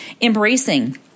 embracing